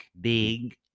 big